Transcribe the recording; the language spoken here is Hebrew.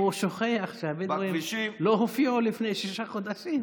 הוא שוכח שהבדואים לא הופיעו לפני שישה חודשים.